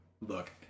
Look